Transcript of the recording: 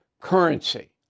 currency